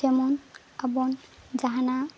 ᱡᱮᱢᱚᱱ ᱟᱵᱚᱱ ᱡᱟᱦᱟᱱᱟᱜ